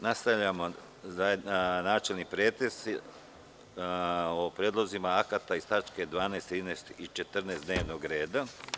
Nastavljamo načelni pretres o predlozima akata iz tačaka 12, 13. i 14. dnevnog reda.